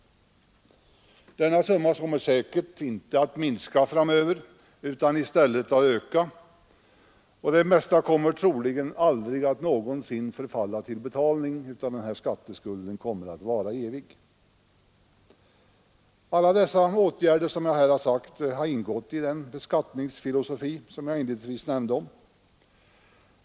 Den summan kommer säkerligen inte att minska framöver utan i stället att öka. Det mesta av denna skatteskuld kommer troligen aldrig att förfalla till betalning utan kommer att vara för evigt. Alla de åtgärder som jag har räknat upp har alltså varit möjliga att vidta, och de har ingått i den skattefilosofi som jag inledningsvis nämnde.